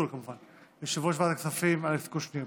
הפיצול יושב-ראש ועדת הכספים אלכס קושניר.